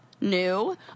new